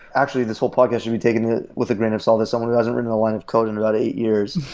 actually, this whole plug issue, we're taking it with a grain of salt as someone who hasn't written a line of code in about eight years.